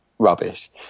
rubbish